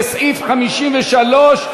לסעיף 53,